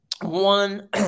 One